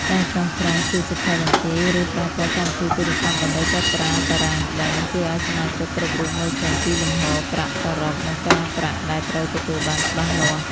ការចងក្រងជាសៀវភៅបញ្ជី ឬប្រើប្រាស់កម្មវិធីទូរស័ព្ទដើម្បីកត់ត្រា "តារាងដេញ" ជួយឱ្យសមាជិកគ្រប់រូបមើលឃើញពីលំហូរប្រាក់សរុប និងការប្រាក់ដែលត្រូវទទួលបានច្បាស់លាស់។